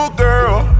girl